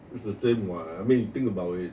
it's the same I mean you think about it